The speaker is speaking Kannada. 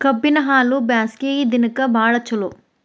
ಕಬ್ಬಿನ ಹಾಲು ಬ್ಯಾಸ್ಗಿ ದಿನಕ ಬಾಳ ಚಲೋ